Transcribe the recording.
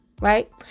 right